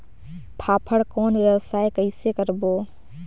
फाफण कौन व्यवसाय कइसे करबो?